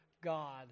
God